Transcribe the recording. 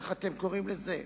איך אתם קוראים לזה?